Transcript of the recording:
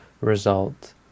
result